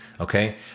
okay